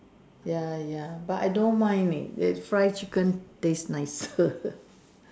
ya ya but I don't mind leh fry chicken taste nicer